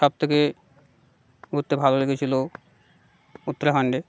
সব থেকে ঘুরতে ভালো লেগেছিলো উত্তরাখন্ডে